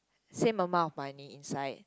same amount of money inside